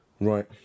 Right